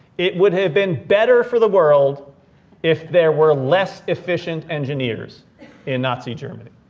it would have been better for the world if there were less efficient engineers in nazi germany.